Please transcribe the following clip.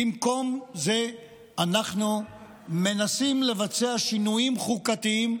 ובמקום זה אנחנו מנסים לבצע שינויים חוקתיים,